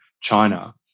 China